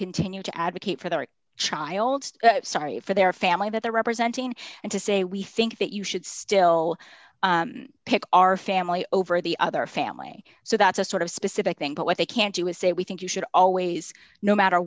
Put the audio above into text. continue to advocate for their child sorry for their family but they're representing and to say we think that you should still pick our family over the other family so that's a sort of specific thing but what they can't do is say we think you should always no matter